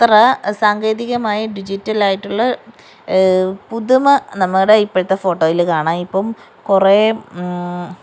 അത്ര സാങ്കേതികമായി ഡിജിറ്റൽ ആയിട്ടുള്ള പുതുമ നമ്മുടെ ഇപ്പോഴത്തെ ഫോട്ടോയില് കാണാം ഇപ്പം കുറെ